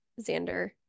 xander